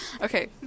okay